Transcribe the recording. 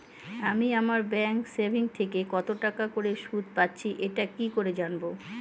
আমি আমার সেভিংস থেকে কতটাকা করে সুদ পাচ্ছি এটা কি করে জানব?